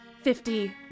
Fifty